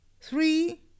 three